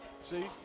See